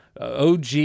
OG